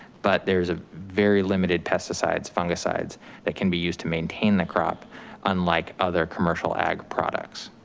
but there's a very limited pesticides, fungicides that can be used to maintain the crop unlike other commercial ag products,